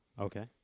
Okay